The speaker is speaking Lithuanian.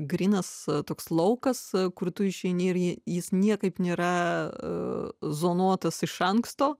grynas toks laukas kur tu išeini ir jei jis niekaip nėra zonuotas iš anksto